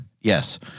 Yes